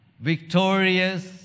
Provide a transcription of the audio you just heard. victorious